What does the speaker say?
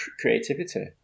creativity